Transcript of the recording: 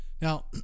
now